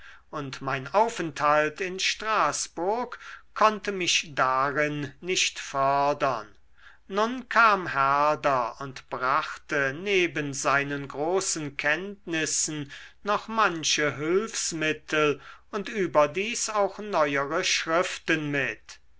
und mein aufenthalt in straßburg konnte mich darin nicht fördern nun kam herder und brachte neben seinen großen kenntnissen noch manche hülfsmittel und überdies auch neuere schriften mit